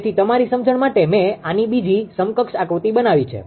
તેથી તમારી સમજણ માટે મેં આની બીજી સમકક્ષ આકૃતિ બનાવી છે